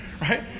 right